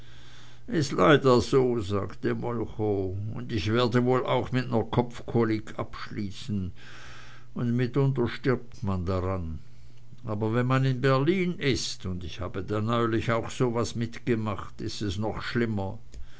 is leider so sagte molchow und ich werde wohl auch mit ner kopfkolik abschließen und mitunter stirbt man dran aber wenn man in berlin is und ich habe da neulich auch so was mitgemacht is es doch noch schlimmer